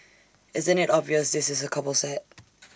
isn't IT obvious this is A couple set